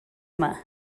yma